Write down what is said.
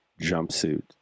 jumpsuit